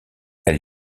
elle